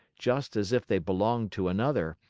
just as if they belonged to another.